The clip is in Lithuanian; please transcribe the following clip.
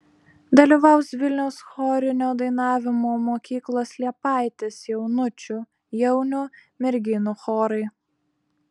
dalyvaus vilniaus chorinio dainavimo mokyklos liepaitės jaunučių jaunių ir merginų chorai